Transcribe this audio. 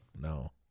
No